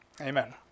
amen